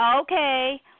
Okay